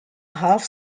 half